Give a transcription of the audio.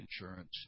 insurance